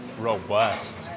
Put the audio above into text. robust